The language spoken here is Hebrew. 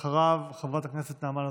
אחריו, חברת הכנסת נעמה לזימי.